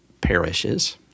parishes